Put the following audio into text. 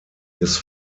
his